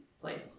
place